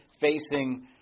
facing